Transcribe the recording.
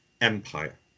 empire